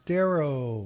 Darrow